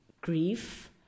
grief